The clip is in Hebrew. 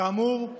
כאמור,